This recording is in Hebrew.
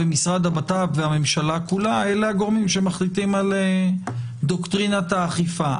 משרד הבט"פ והממשלה כולה אלה הגורמים שמחליטים על דוקטרינת האכיפה.